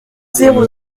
zéro